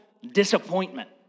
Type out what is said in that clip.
disappointment